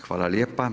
Hvala lijepa.